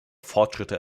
fortschritte